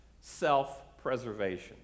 self-preservation